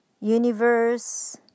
universe